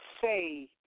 say